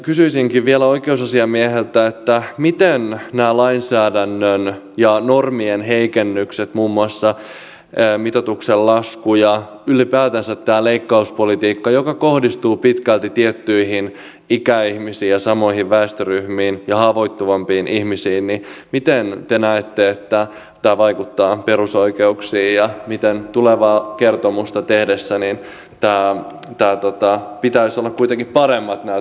kysyisinkin vielä oikeusasiamieheltä miten näette että nämä lainsäädännön ja normien heikennykset muun muassa mitoituksen lasku ja ylipäätänsä tämä leikkauspolitiikka joka kohdistuu pitkälti tiettyihin ikäihmisiin ja samoihin väestöryhmiin ja haavoittuvampiin ihmisiin vaikuttavat perusoikeuksiin tulevaa kertomusta tehtäessä näiden tulosten pitäisi olla kuitenkin paremmat